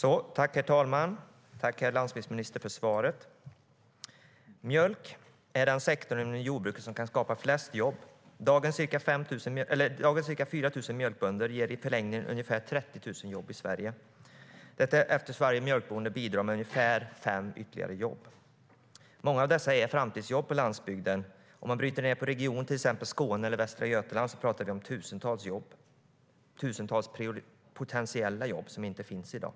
Herr talman! Jag tackar herr landsbygdsminister för svaret. Mjölk är den sektor inom jordbruket som kan skapa flest jobb. Dagens ca 4 000 mjölkbönder ger i förlängningen ungefär 30 000 jobb i Sverige - detta eftersom varje mjölkbonde bidrar med ungefär fem ytterligare jobb. Många av dessa är framtidsjobb på landsbygden. Om man bryter ned det på regioner, till exempel Skåne eller Västra Götaland, talar vi om tusentals jobb - tusentals potentiella jobb, som inte finns i dag.